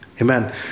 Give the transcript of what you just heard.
Amen